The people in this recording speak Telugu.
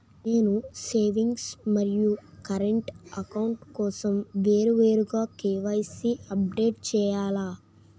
నేను సేవింగ్స్ మరియు కరెంట్ అకౌంట్ కోసం వేరువేరుగా కే.వై.సీ అప్డేట్ చేయాలా?